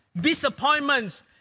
disappointments